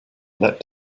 let